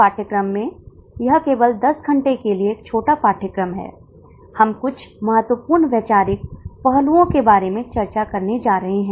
पिछले सत्र में हमने प्रासंगिक लागत बनाम डूब लागत पर भी चर्चा की है हमने कुछ निर्णय लेने के परिदृश्यों के आधार पर मामले किए हैं